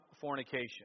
fornication